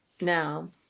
now